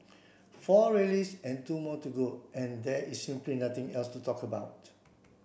four rallies and two more to go and there is simply nothing else to talk about